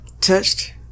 touched